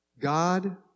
God